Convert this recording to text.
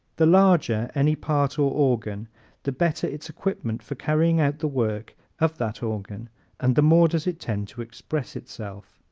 the larger any part or organ the better its equipment for carrying out the work of that organ and the more does it tend to express itself.